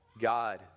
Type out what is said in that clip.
God